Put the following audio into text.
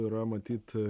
yra matyt